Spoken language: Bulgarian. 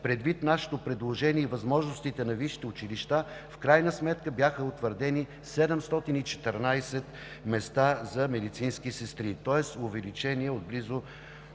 Предвид нашето предложение и възможностите на висшите училища, в крайна сметка бяха утвърдени 714 места за медицински сестри, тоест увеличение от